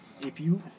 APU